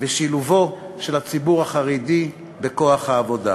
ושילובו של הציבור החרדי בכוח העבודה.